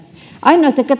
ainoat jotka